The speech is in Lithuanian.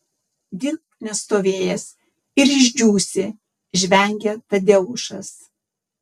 dirbk nestovėjęs ir išdžiūsi žvengia tadeušas